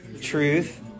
truth